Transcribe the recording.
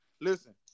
Listen